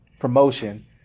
Promotion